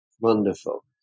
Wonderful